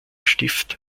stift